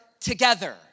together